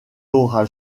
aura